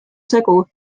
segu